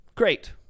Great